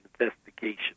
investigation